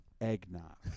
eggnog